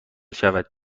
شود